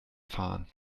fahren